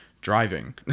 driving